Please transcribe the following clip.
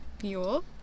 fuel